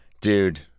Dude